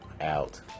out